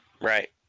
Right